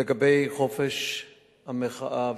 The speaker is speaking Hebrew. לגבי חופש המחאה,